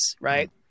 Right